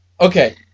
Okay